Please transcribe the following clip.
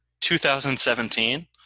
2017